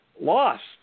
Lost